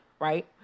right